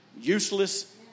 useless